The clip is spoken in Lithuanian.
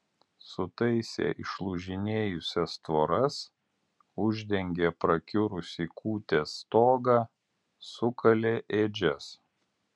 sutaisė išlūžinėjusias tvoras uždengė prakiurusį kūtės stogą sukalė ėdžias